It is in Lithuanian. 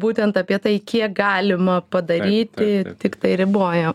būtent apie tai kiek galima padaryti tiktai riboja